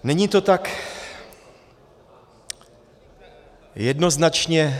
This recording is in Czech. Není to tak jednoznačně...